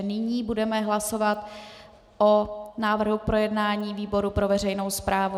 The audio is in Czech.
Nyní budeme hlasovat o návrhu k projednání výboru pro veřejnou správu.